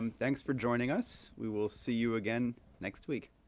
um thanks for joining us. we will see you again next week.